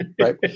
right